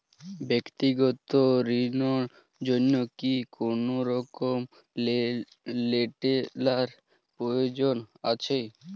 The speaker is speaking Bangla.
ব্যাক্তিগত ঋণ র জন্য কি কোনরকম লেটেরাল প্রয়োজন আছে?